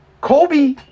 Kobe